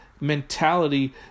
mentality